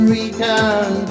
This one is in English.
return